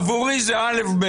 עבורי זה א-ב.